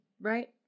right